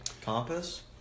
Compass